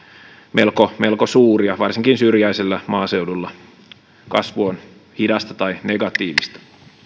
melko melko suuria varsinkin syrjäisellä maaseudulla kasvu on hidasta tai negatiivista